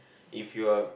if you are